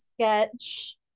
Sketch